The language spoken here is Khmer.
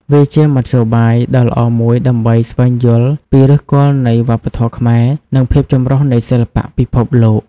វាជាមធ្យោបាយដ៏ល្អមួយដើម្បីស្វែងយល់ពីឫសគល់នៃវប្បធម៌ខ្មែរ និងភាពចម្រុះនៃសិល្បៈពិភពលោក។